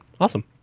Awesome